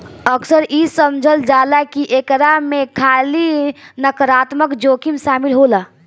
अक्सर इ समझल जाला की एकरा में खाली नकारात्मक जोखिम शामिल होला